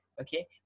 okay